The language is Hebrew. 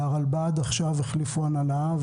הרלב"ד החליפו עכשיו הנהלה,